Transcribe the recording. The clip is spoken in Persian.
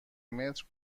متر